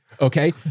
Okay